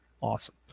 awesome